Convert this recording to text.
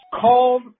called